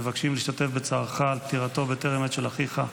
מבקשים להשתתף בצערך על פטירתו בטרם עת של אחיך.